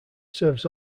serves